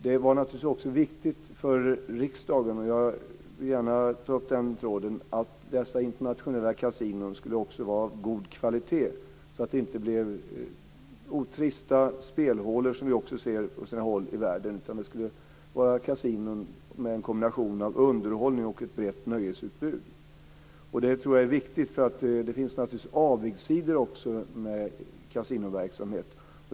Det var naturligtvis också viktigt för riksdagen - jag vill gärna ta upp den tråden - att dessa internationella kasinon också skulle vara av god kvalitet, så att de inte blev trista spelhålor, som det också går att se på sina håll i världen, utan i stället kasinon med en kombination av underhållning och brett nöjesutbud. Det är viktigt. Det finns naturligtvis också avigsidor med kasinoverksamhet.